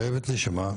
חייבת להישמע.